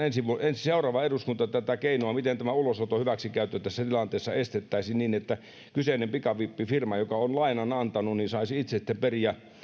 seuraava eduskunta tätä keinoa miten ulosoton hyväksikäyttö tässä tilanteessa estettäisiin niin että kyseinen pikavippifirma joka on lainan antanut saisi itse sitten periä